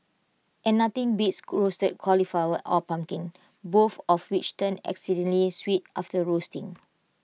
and nothing beats roasted cauliflower or pumpkin both of which turn exceedingly sweet after roasting